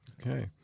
Okay